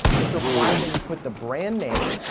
it's required that you put the brand name.